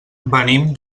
venim